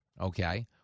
okay